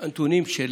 נתונים של